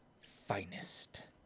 finest